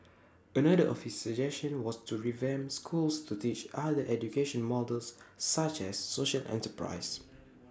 another of his suggestion was to revamp schools to teach other education models such as social enterprise